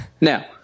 now